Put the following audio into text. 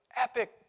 epic